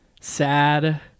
sad